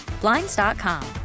blinds.com